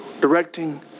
directing